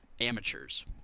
Amateurs